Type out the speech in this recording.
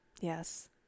Yes